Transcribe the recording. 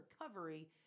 recovery